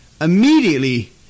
immediately